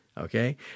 Okay